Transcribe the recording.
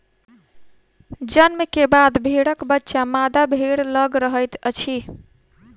जन्म के बाद भेड़क बच्चा मादा भेड़ लग रहैत अछि